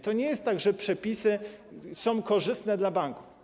To nie jest tak, że przepisy są korzystne dla banków.